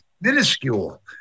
minuscule